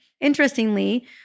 Interestingly